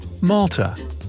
Malta